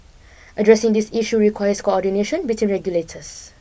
addressing these issue requires coordination between regulators